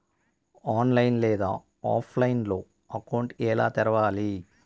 online లేదా ఆఫ్లైన్లో account ఎలా తెరవాలి